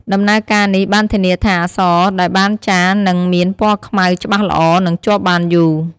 ដំណើរការនេះបានធានាថា អក្សរដែលបានចារនឹងមានពណ៌ខ្មៅច្បាស់ល្អ និងជាប់បានយូរ។